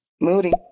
Moody